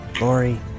Lori